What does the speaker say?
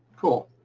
cool.